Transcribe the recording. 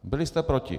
Byli jste proti.